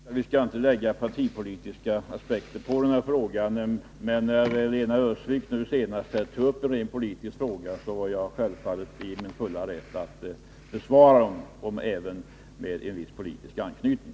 Herr talman! Jag har mycket riktigt sagt att vi inte skall lägga partipolitiska aspekter på den här frågan, men när Lena Öhrsvik nu senast tog upp en rent politisk fråga var jag självfallet i min fulla rätt att svara henne, även om det . fick en viss politisk anknytning.